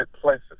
places